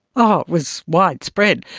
oh, it was widespread.